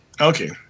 Okay